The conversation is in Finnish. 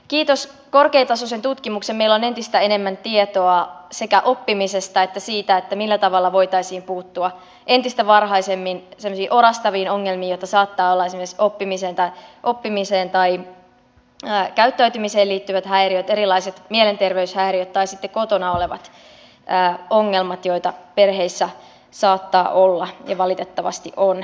kiitos korkeatasoisen tutkimuksen meillä on entistä enemmän tietoa sekä oppimisesta että siitä millä tavalla voitaisiin puuttua entistä varhaisemmin semmoisiin orastaviin ongelmiin joita saattavat olla esimerkiksi oppimiseen tai käyttäytymiseen liittyvät häiriöt erilaiset mielenterveyshäiriöt tai sitten kotona olevat ongelmat joita perheissä saattaa olla ja valitettavasti on